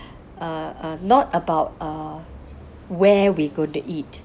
uh not about uh where we go to eat